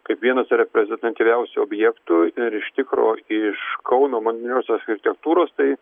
kaip vienas reprezentatyviausių objektų ir iš tikro iš kauno moderniosios architektūros tai